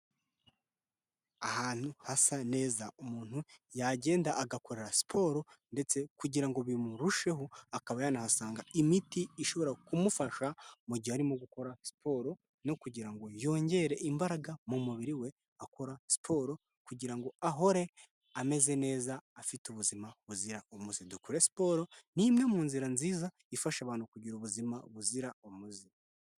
Ahantu hasa neza umuntu yagenda agakora siporo ndetse kugira ngo bimurusheho akaba yanasanga imiti ishobora ku mufasha mugihe arimo gukora siporo no kugira ngo yongere imbaraga mu mubiri we akora siporo kugira ngo ahore ameze neza afite ubuzima buzira umuzi , dukore siporo ni imwe mu nzira nziza ifasha abantu kugira ubuzima buzira umuze.